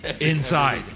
Inside